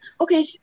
Okay